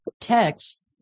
text